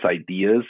ideas